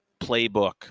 playbook